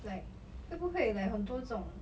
like 会不会 like 很多种